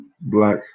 Black